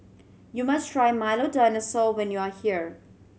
you must try Milo Dinosaur when you are here